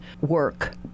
work